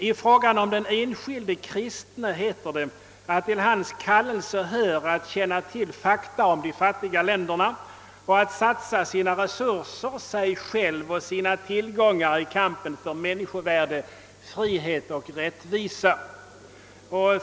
I fråga om den enskilde kristne heter det, att till hans kallelse hör att känna till fakta om de fattiga länderna och att satsa sina resurser, sig själv och sina tillgångar i kampen för människovärde, frihet och rättvisa.